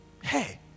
Hey